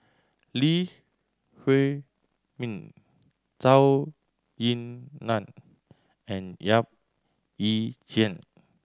Lee Huei Min Zhou Ying Nan and Yap Ee Chian